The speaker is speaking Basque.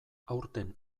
aurten